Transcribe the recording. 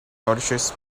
nourishes